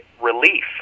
relief